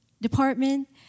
department